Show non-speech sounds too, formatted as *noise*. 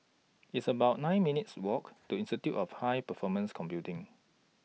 It's about nine minutes' Walk *noise* to Institute of High Performance Computing